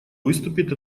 выступит